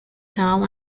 town